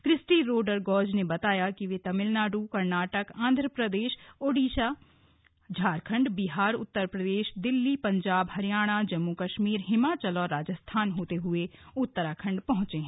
Christie Roder Gauge ने बताया कि वह तमिलनाड़ कर्नाटक आंध्रा प्रदेश ओडिसा झारखंड बिहार उत्तर प्रदेश दिल्ली पंजाब हरियाणा जम्मू कश्मीर हिमाचल राजस्थान होते हुए उत्तराखंड पहुंचे हैं